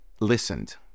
listened